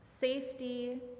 safety